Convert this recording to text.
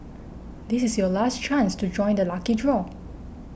this is your last chance to join the lucky draw